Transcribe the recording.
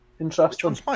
Interesting